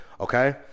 okay